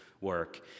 work